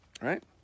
Right